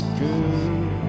girl